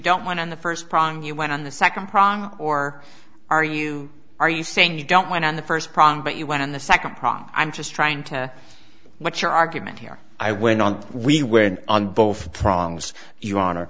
don't want on the first problem you went on the second prong or are you are you saying you don't want on the first prong but you went in the second prong i'm just trying to what your argument here i went on we went on both prongs you